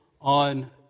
on